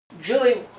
Julie